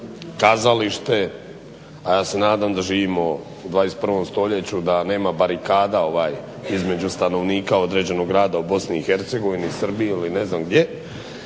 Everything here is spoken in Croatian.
opremate kazalište a ja se nadam da živimo u 21. stoljeću, da nema barikada između stanovnika određenog grada u BIH, Srbiji ili ne znam gdje.